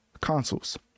consoles